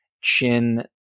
Chin